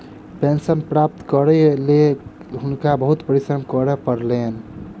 pension प्राप्त करैक लेल हुनका बहुत परिश्रम करय पड़लैन